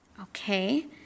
Okay